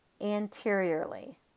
anteriorly